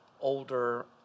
older